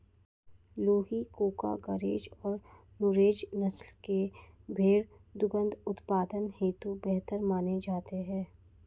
लूही, कूका, गरेज और नुरेज नस्ल के भेंड़ दुग्ध उत्पादन हेतु बेहतर माने जाते हैं